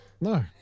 No